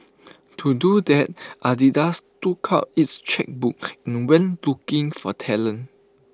to do that Adidas took out its chequebook and went looking for talent